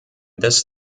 this